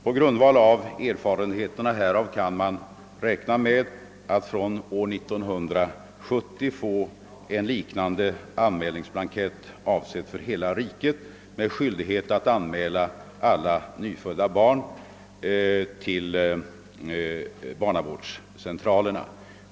På grundval av erfarenheterna härav kan man räkna med att från år 1970 en liknande anmälningsblankett kommer att införas för hela riket för obligatorisk anmälan av alla nyfödda barn till barnavårdscentralerna.